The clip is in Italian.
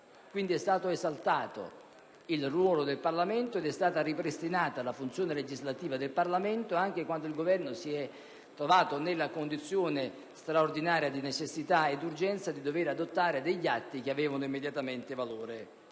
Quindi è stato esaltato il ruolo del Parlamento ed è stata ripristinata la sua funzione legislativa anche quando il Governo si è trovato nella condizione straordinaria di necessità e di urgenza di dover adottare atti che avevano immediatamente valore